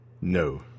No